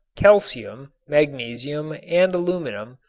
calcium, magnesium and aluminum,